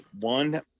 One